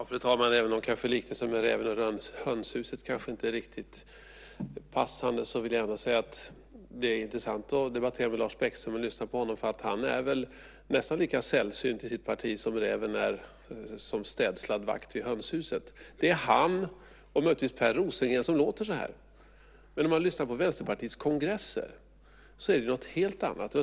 Fru talman! Även om liknelsen med räven och hönshuset kanske inte riktigt är passande vill jag ändå säga att det är intressant att debattera med Lars Bäckström och lyssna på honom, därför att han är väl nästan lika sällsynt i sitt parti som räven är som städslad vakt i hönshuset. Det är han och möjligtvis Per Rosengren som låter så här. Men om man lyssnar på Vänsterpartiets kongresser är det något helt annat.